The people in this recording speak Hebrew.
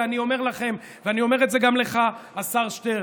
ואני אומר לכם, ואני אומר את זה גם לך, השר שטרן,